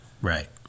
Right